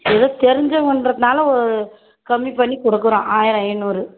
ஏதோ தெரிஞ்சவங்றதுனால கம்மி பண்ணி கொடுக்குறோம் ஆயிரம் ஐந்நூறு